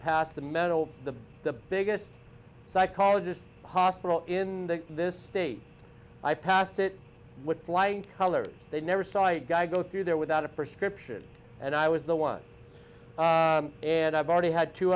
passed the metal the the biggest psychologist hospital in the this state i passed it with flying colors they never saw a guy go through there without a prescription and i was the one and i've already had two